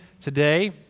today